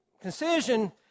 concision